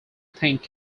pink